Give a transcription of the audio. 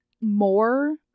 more